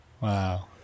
Wow